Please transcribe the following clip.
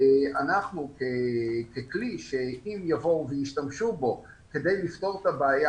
אנחנו ככלי שאם יבואו וישתמשו בו כדי לפתור את הבעיה,